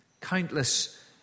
countless